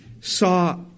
saw